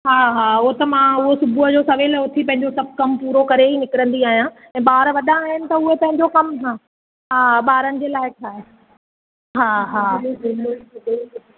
हा हा उहो त मां उहो सुबुह जो सवेल उथी पंहिंजो सभु कमु पुरो करे ई निकिरंदी आहियां ऐं ॿार वॾा आहिनि त उहे पंहिंजो कमु हं हा ॿारनि जे लाइ ठाहे हा हा